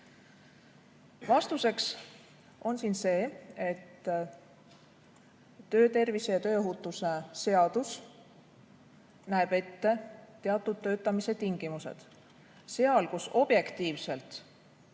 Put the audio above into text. Vastuseks on siin see, et töötervis[hoiu] ja tööohutuse seadus näeb ette teatud töötamise tingimused. Seal, kus objektiivselt